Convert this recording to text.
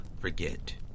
forget